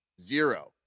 Zero